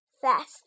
fast